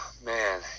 Man